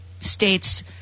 states